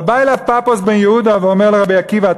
אבל בא אליו פפוס בן יהודה ואומר לרבי עקיבא: